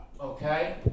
Okay